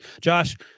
Josh